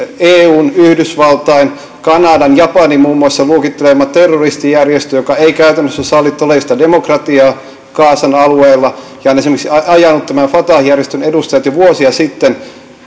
eun yhdysvaltain kanadan ja japanin luokittelema terroristijärjestö joka ei käytännössä salli todellista demokratiaa gazan alueella ja on esimerkiksi ajanut tämän fatah järjestön edustajat jo vuosia sitten